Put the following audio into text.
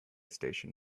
station